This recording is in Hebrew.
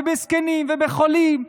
בזקנים ובחולים,